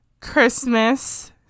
Christmas